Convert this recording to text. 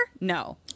No